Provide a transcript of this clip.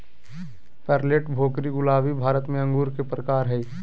Perlette, Bhokri, गुलाबी भारत में अंगूर के प्रकार हय